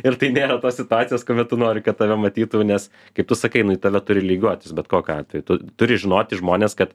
ir tai nėra tos situatijos kuomet tu nori kad tave matytų nes kaip tu sakai nu į tave turi lygiuotis bet kokiu atveju tu turi žinoti žmonės kad